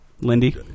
Lindy